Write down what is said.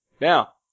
Now